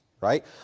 Right